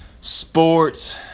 sports